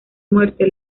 muerte